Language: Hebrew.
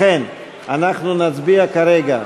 לכן אנחנו נצביע כרגע,